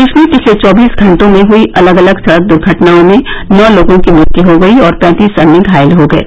प्रदेश में पिछले चौबीस घंटों में हुयी अलग अलग सड़क दुर्घटनाओं में नौ लोगों की मृत्यु हो गयी और पैंतीस अन्य घायल हो गये